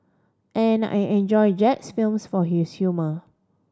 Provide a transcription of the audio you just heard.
and I enjoy Jack's films for his humour